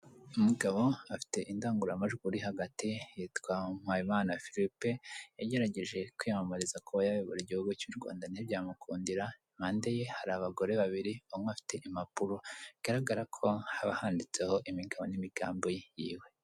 Umugabo afite indangururamajwi uri hagati, yitwa Mpayimana Philippe yagerageje kwiyamamariza kuba yayobora igihugu cy'u Rwanda ntibyamukundira mande ye hari abagore babiri bamwe bafite impapuro zigaragara ko haba handitseho imigabane n'imigambi yiwe.